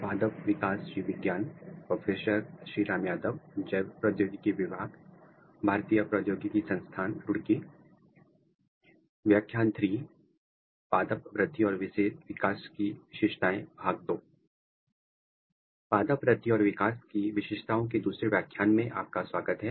पादप वृद्धि और विकास की विशेषताओं के दूसरे व्याख्यान में आपका स्वागत है